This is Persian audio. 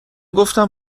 گفتم